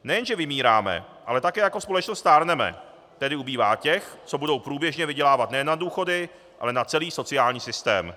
Nejenže vymíráme, ale také jako společnost stárneme, tedy ubývá těch, co budou průběžně vydělávat nejen na důchody, ale na celý sociální systém.